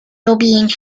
lobbying